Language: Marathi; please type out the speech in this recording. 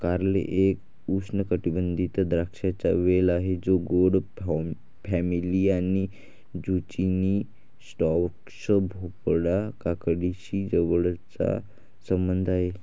कारले एक उष्णकटिबंधीय द्राक्षांचा वेल आहे जो गोड फॅमिली आणि झुचिनी, स्क्वॅश, भोपळा, काकडीशी जवळचा संबंध आहे